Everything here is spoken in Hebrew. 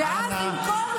לחלקיקי